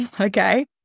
okay